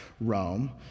Rome